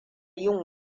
yin